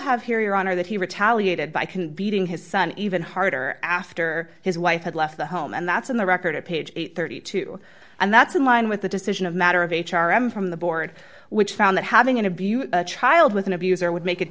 have here your honor that he retaliated by can beating his son even harder after his wife had left the home and that's on the record at page eight hundred and thirty two and that's in line with the decision of matter of h r m from the board which found that having an abused child with an abuser would make it